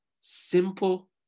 Simple